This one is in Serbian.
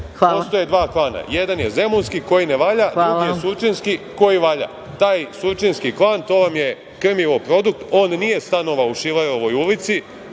postoje dva klana, jedan je zemunski koji ne valja, a drugi je surčinski koji valja. Taj surčinski klan to vam je „Krmilo-produkt“. On nije stanovao u Šilerovoj ulici.